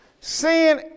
Sin